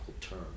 term